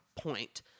point